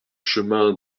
chemin